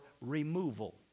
removal